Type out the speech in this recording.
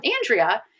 Andrea